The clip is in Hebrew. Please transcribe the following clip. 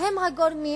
הם הגורמים